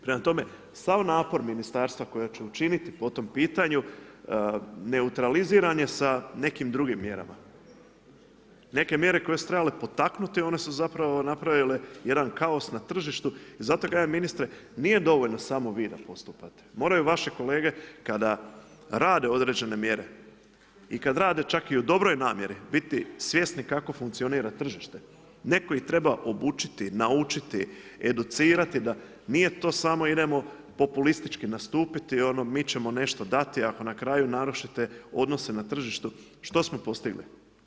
Prema tome sav napor ministarstva koja će učiniti po tom pitanju neutraliziran je sa nekim drugim mjerama, neke mjere koje su trebale potaknuti, one su zapravo napravile jedan kaos na tržištu i zato kažem ministre, nije dovoljno samo vi da postupate, moraju vaši kolege kada rade određene mjere i kada rade čak i u dobroj namjeri biti svjesni kako funkcionira tržište, netko ih treba obučiti, naučiti, educirati da nije to samo idemo populistički nastupiti mi ćemo nešto dati ako na kraju narušite odnose na tržištu što smo postigli?